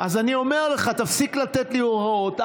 אז אני אומר לך, תפסיק לתת לי הוראות.